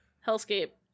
Hell'scape